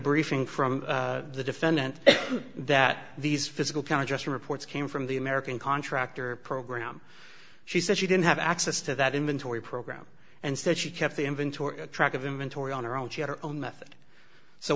briefing from the defendant that these physical contraction reports came from the american contractor program she said she didn't have access to that inventory program and said she kept the inventory track of them and tori on her own she had her own method so